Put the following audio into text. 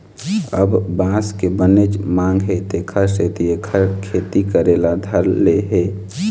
अब बांस के बनेच मांग हे तेखर सेती एखर खेती करे ल धर ले हे